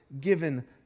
given